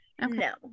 no